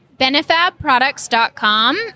Benefabproducts.com